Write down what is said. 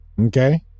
Okay